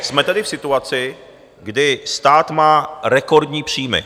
Jsme tedy v situaci, kdy stát má rekordní příjmy.